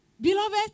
Beloved